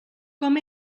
com